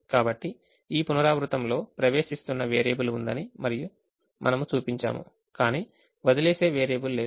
కాబట్టి ఈ పునరావృతం లో ప్రవేశిస్తున్న వేరియబుల్ ఉందని మనము చూపించాము కాని వదిలివేసే వేరియబుల్ లేదు